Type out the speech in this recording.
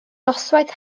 noswaith